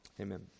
Amen